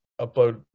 upload